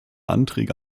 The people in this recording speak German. anträge